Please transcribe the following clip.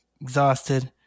exhausted